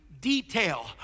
detail